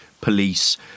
Police